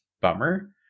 bummer